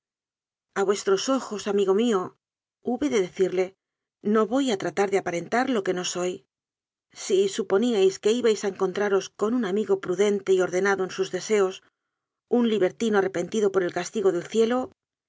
a mi fuga a vuestros ojos amigo míohube de decirle no voy a tratar de aparentar lo que no soy si suponíais que ibais a encontraros con un amigo prudente y ordenado en sus deseos un li bertino arrepentido por el castigo del cielo